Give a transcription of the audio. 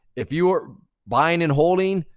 if you're buying and holding,